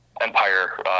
Empire